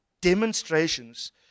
demonstrations